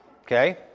okay